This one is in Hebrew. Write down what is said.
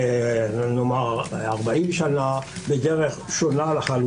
ציינו ------ היה שחקן גולף.